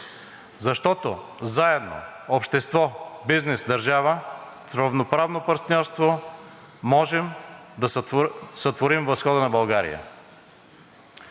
Защото заедно общество, бизнес, държава в равноправно партньорство можем да сътворим възхода на България.